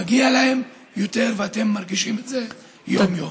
מגיע להם יותר, ואתם מרגישים את זה יום-יום.